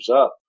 up